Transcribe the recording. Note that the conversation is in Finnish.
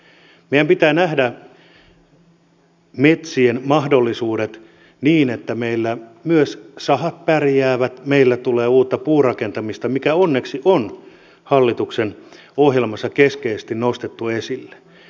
meidän pitää nähdä metsien mahdollisuudet niin että meillä myös sahat pärjäävät meillä tulee uutta puurakentamista mikä onneksi on hallituksen ohjelmassa keskeisesti nostettu esille